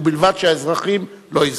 ובלבד שהאזרחים לא יסבלו.